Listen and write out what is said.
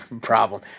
problem